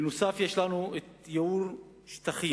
יש לנו גם ייעור שטחים